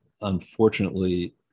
unfortunately